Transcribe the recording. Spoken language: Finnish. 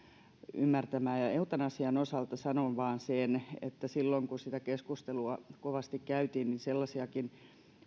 ymmärtämään eutanasian osalta sanon vain sen että silloin kun sitä keskustelua kovasti käytiin niin